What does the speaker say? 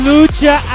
Lucha